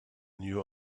new